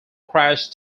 crash